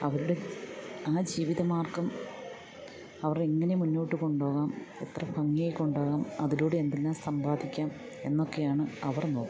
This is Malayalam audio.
അവരുടെ ആ ജീവിതമാർഗ്ഗം അവരെങ്ങനെ മുന്നോട്ടു കൊണ്ടു പോകാം എത്ര ഭംഗിയായി കൊണ്ടു പോകാം അതിലൂടെ എന്തെല്ലാം സമ്പാദിക്കാം എന്നൊക്കെയാണ് അവർ നോക്കുന്നത്